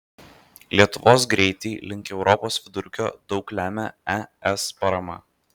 lietuvos greitį link europos vidurkio daug lemia es parama